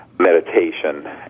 Meditation